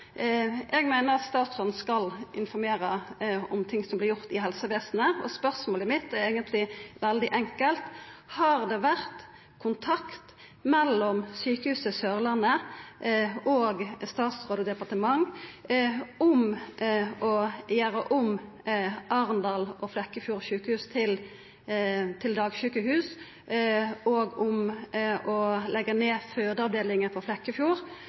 Eg meiner statsråden skal informera om det som vert gjort i helsevesenet, og spørsmålet mitt er eigentleg veldig enkelt: Har det vore kontakt mellom Sørlandet sjukehus og statsråd og departement om å gjera om sjukehusa i Arendal og Flekkefjord til dagsjukehus og om å leggja ned fødeavdelinga ved Flekkefjord